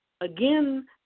again